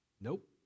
Nope